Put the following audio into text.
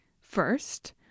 first